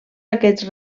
aquests